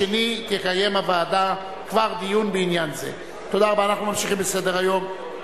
45 בעד, אחד נגד, אין נמנעים.